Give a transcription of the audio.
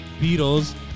Beatles